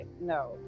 No